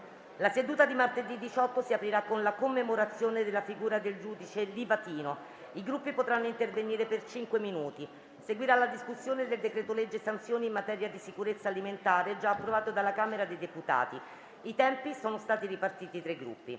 La seduta di martedì 18 si aprirà con la commemorazione della figura del giudice Livatino. I Gruppi potranno intervenire per cinque minuti. Seguirà la discussione del decreto-legge recante Sanzioni in materia di sicurezza alimentare, già approvato dalla Camera dei deputati. I tempi sono stati ripartiti tra i Gruppi.